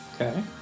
Okay